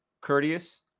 courteous